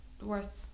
worth